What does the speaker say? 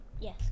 Yes